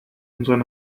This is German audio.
unserer